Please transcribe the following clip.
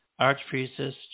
Archpriestess